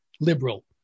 liberal